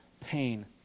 pain